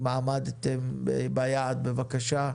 אם עמדתם ביעד, בבקשה.